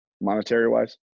monetary-wise